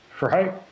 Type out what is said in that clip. right